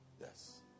Yes